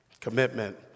Commitment